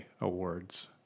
Awards